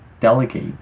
delegate